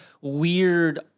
weird